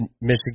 michigan